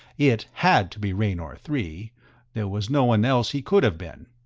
it had to be raynor three there was no one else he could have been.